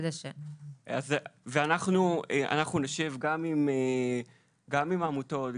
אנחנו נשב גם עם העמותות,